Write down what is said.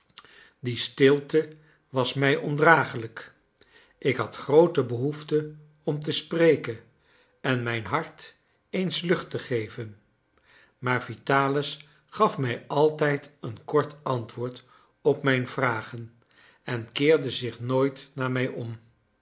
die stilte was mij ondraaglijk ik had groote behoefte om te spreken en mijn hart eens lucht te geven maar vitalis gaf mij altijd een kort antwoord op mijn vragen en keerde zich nooit naar mij om